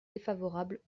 défavorable